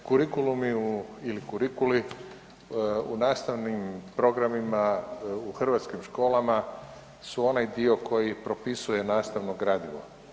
te kurikulumi ili kurikuli u nastavnim programima u hrvatskim školama su onaj dio koji propisuje nastavno gradivo.